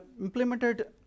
implemented